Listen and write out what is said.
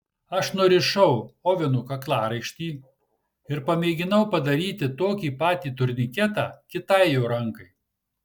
aš nurišau oveno kaklaraištį ir pamėginau padaryti tokį patį turniketą kitai jo rankai